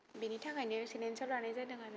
बेनि थाखायनो सैन्त एन्साव लानाय जादों आरो